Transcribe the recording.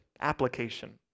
application